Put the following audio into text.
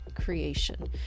creation